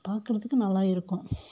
பாக்கிறதுக்கு நல்லா இருக்கும்